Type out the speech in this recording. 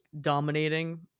dominating